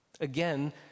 Again